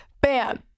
Bam